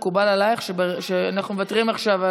מקובל עלייך שאנחנו מוותרים עכשיו?